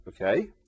Okay